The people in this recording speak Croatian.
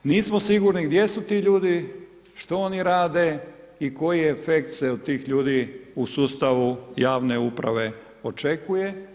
Nismo sigurni gdje su ti ljudi, što oni rade i koji efekt se od tih ljudi u sustavu javne uprave očekuje.